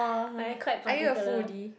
like I quite particular